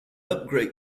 upgrade